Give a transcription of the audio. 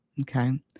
Okay